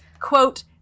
Quote